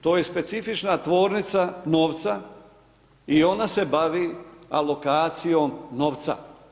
To je specifična tvornica novca i ona se bavi alokacijom novca.